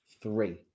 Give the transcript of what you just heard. Three